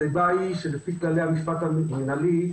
הסיבה היא שלפי כללי המשפט המינהלי,